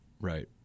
right